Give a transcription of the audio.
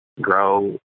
grow